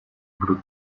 будут